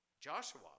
Joshua